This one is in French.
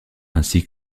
ainsi